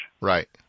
Right